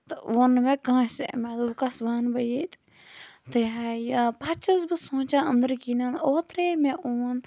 تہٕ ووٚن نہٕ مےٚ کٲنٛسہِ مےٚ دوٚپ وۄنۍ کَس وَنہٕ بہٕ ییٚتہِ تہٕ یہِ ہا یہِ پَتہٕ چھَس بہٕ سونٛچان أنٛدٕر کِنٮ۪ن اوترَے ہے مےٚ اون